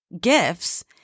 gifts